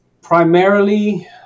primarily